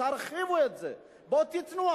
תרחיבו את זה, בואו תיתנו.